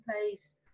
place